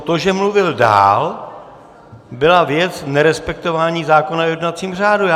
To, že mluvil dál, byla věc nerespektování zákona o jednacím řádu.